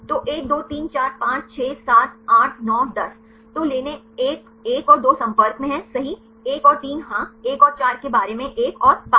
तो 1 2 3 4 5 6 7 8 9 10 तो लेने 11 और 2 संपर्क में हैं सही 1 और 3 हाँ 1 और 4 के बारे में 1 और 5